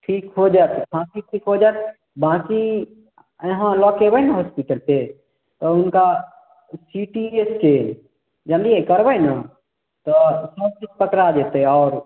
ठीक हो जतै खाँसी ठीक हो जाएत बाँकी यहाँ लऽके अयबै ने होस्पिटल फेर तऽ हुनका स्पिटिङ्ग टेस्ट जनलियै करबै ने तऽ खाँसी पकड़ा जतै आओर